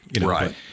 Right